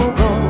go